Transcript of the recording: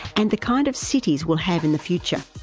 and the kind of cities we'll have in the future.